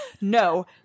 no